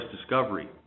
discovery